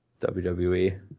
WWE